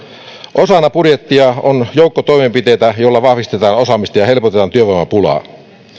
osana budjettia on joukko toimenpiteitä joilla vahvistetaan osaamista ja helpotetaan työvoimapulaa